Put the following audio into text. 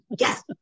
Yes